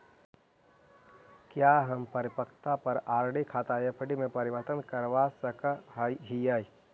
क्या हम परिपक्वता पर आर.डी खाता एफ.डी में परिवर्तित करवा सकअ हियई